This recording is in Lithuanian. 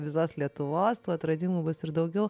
visos lietuvos tų atradimų bus ir daugiau